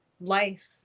life